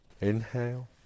inhale